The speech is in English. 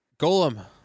Golem